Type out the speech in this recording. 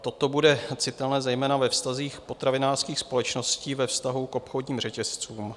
Toto bude citelné zejména ve vztazích potravinářských společností ve vztahu k obchodním řetězcům.